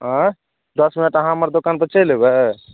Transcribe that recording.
आँइ दस मिनट अहाँ हमर दोकानपर चलि एबै